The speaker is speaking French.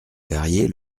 carrier